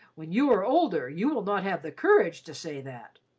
when you are older you will not have the courage to say that.